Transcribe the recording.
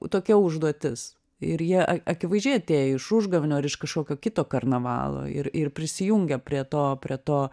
tokia užduotis ir jie a akivaizdžiai atėję iš užgavėnių ar iš kažkokio kito karnavalo ir ir prisijungia prie to prie to